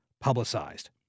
publicized